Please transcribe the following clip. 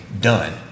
done